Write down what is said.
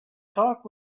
talk